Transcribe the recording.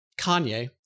Kanye